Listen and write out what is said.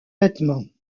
vêtements